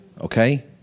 okay